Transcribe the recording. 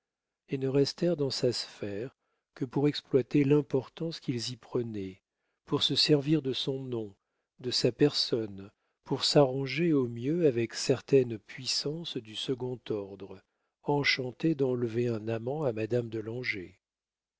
et ne restèrent dans sa sphère que pour exploiter l'importance qu'ils y prenaient pour se servir de son nom de sa personne pour s'arranger au mieux avec certaines puissances du second ordre enchantées d'enlever un amant à madame de